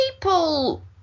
people